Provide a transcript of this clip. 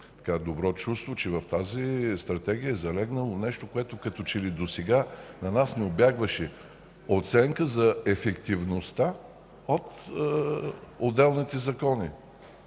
добро чувство, че в тази Стратегия е залегнало нещо, което като че ли досега на нас ни убягваше: оценка за ефективността от отделните закони